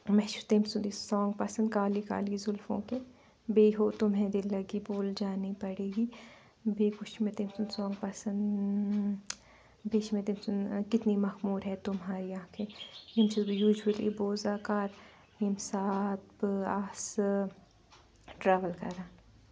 مےٚ چھُ تٔمۍ سُنٛدٕے سانٛگ پَسنٛد کالی کالی ظُلفو کے بیٚیہِ ہُہ تُمہں دِل لگی بوٗل جانی پَڑے گی بیٚیہِ ہُہ چھُ مےٚ تٔمۍ سُنٛد سانٛگ پَسنٛد بیٚیہِ چھِ مےٚ تٔمۍ سُنٛد کِتنی مخموٗر ہے تُمہاری انکھے یِم چھَس بہٕ یوٗجؤلی بوزا کَر ییٚمہِ ساتہٕ بہٕ آسہٕ ٹرٛیوٕل کَران